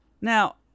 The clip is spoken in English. Now